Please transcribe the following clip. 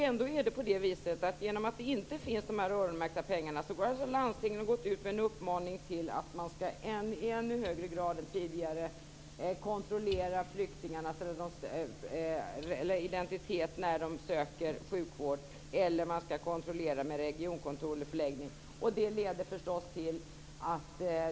Ändå har landstingen, eftersom det inte finns öronmärkta pengar, gått ut med en uppmaning om att man i ännu högre grad än tidigare skall kontrollera flyktingars identitet, eller kontrollera med regionkontor eller förläggning, när de söker sjukvård.